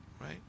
Right